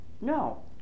No